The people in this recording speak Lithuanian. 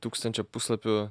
tūkstančio puslapių